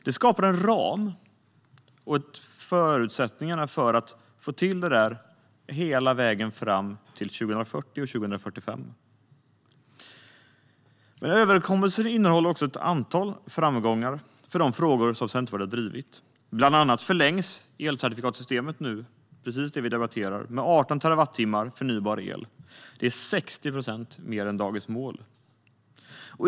Det skapar en ram och förutsättningar för att få till detta hela vägen fram till 2040 och 2045. Överenskommelsen innehåller också ett antal framgångar för de frågor som Centerpartiet har drivit. Bland annat förlängs elcertifikatssystemet nu, precis det vi debatterar, med 18 terawattimmar förnybar el. Det är 60 procent mer än dagens mål.